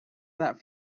that